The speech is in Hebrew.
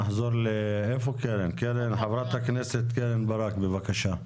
נחזור לחברת הכנסת קרן ברק, בבקשה.